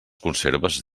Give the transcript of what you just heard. conserves